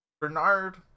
Bernard